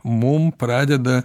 mum pradeda